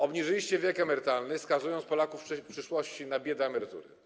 Obniżyliście wiek emerytalny, skazując Polaków w przyszłości na biedaemerytury.